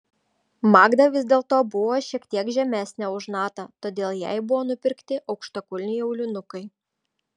magda vis dėlto buvo šiek tiek žemesnė už natą todėl jai buvo nupirkti aukštakulniai aulinukai